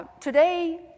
Today